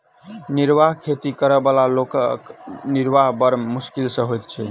निर्वाह खेती करअ बला लोकक निर्वाह बड़ मोश्किल सॅ होइत छै